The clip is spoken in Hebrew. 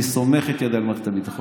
אני סומך את ידיי על מערכת הביטחון.